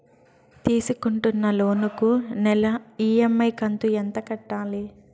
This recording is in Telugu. తీసుకుంటున్న లోను కు నెల ఇ.ఎం.ఐ కంతు ఎంత కట్టాలి?